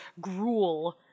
gruel